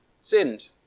sinned